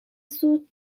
زود